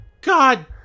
God